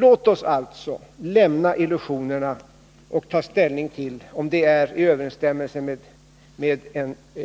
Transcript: Låt oss alltså lämna illusionerna och ta ställning till om det är i överensstämmelse